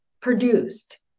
produced